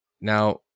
Now